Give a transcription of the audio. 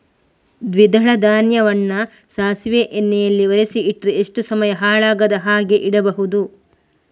ದ್ವಿದಳ ಧಾನ್ಯವನ್ನ ಸಾಸಿವೆ ಎಣ್ಣೆಯಲ್ಲಿ ಒರಸಿ ಇಟ್ರೆ ಎಷ್ಟು ಸಮಯ ಹಾಳಾಗದ ಹಾಗೆ ಇಡಬಹುದು?